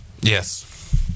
Yes